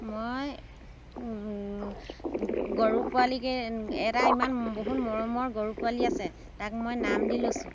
মই গৰু পোৱালীকে এটা ইমান বহুত মৰমৰ গৰু পোৱালী আছে তাক মই নাম দি লৈছোঁ